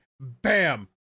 bam